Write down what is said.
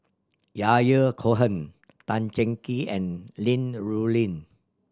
Yahya Cohen Tan Cheng Kee and Li Rulin